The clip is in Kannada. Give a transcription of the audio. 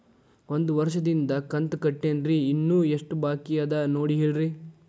ಒಂದು ವರ್ಷದಿಂದ ಕಂತ ಕಟ್ಟೇನ್ರಿ ಇನ್ನು ಎಷ್ಟ ಬಾಕಿ ಅದ ನೋಡಿ ಹೇಳ್ರಿ